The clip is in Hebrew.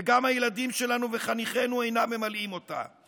וגם הילדים שלנו וחניכינו אינם ממלאים אותה,